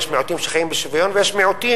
יש מיעוטים שחיים בשוויון ויש מיעוטים